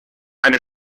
eine